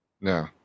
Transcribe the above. No